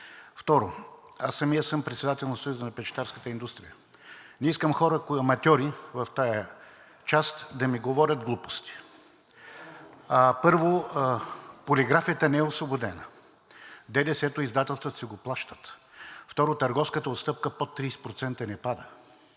Второ, аз самият съм председател на Съюза на печатарската индустрия. Не искам хора аматьори в тази част да ми говорят глупости. Първо, полиграфията не е освободена, ДДС-то издателствата си го плащат. Второ, търговската отстъпка под 30% не пада.